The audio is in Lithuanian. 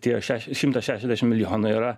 tie šeš šimtas šešiasdešim milijonų yra